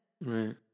Right